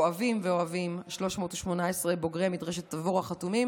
כואבים ואוהבים, 318 בוגרי מדרשת תבור החתומים.